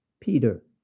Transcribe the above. Peter